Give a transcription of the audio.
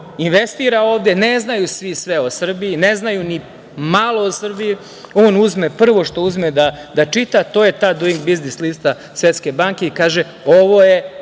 investira ovde, ne znaju svi sve o Srbiji, ne znaju ni malo o Srbiji. Prvo što uzme da čita, to je ta Duing biznis lista Svetske banke i kaže, ovo je